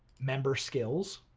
member skills.